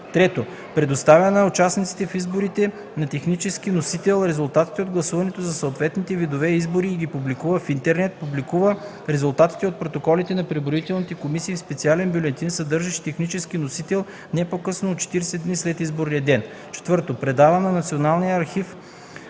3. предоставя на участниците в изборите на технически носител резултатите от гласуването за съответните видове избори и ги публикува в интернет; публикува резултатите от протоколите на преброителните комисии в специален бюлетин, съдържащ и технически носител, не по-късно от 40 дни след изборния ден; 4. предава в Националния архивен